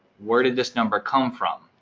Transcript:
where did this number come from?